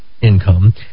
income